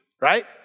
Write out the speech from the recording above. right